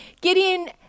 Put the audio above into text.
Gideon